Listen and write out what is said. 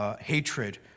hatred